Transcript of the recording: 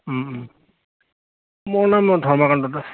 মোৰ নাম ধৰ্মকান্ত দাস